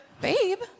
babe